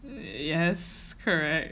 yes correct